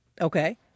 Okay